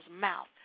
mouth